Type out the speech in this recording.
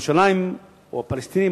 הפלסטינים,